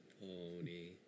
pony